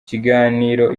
ikiganiro